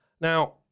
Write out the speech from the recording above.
Now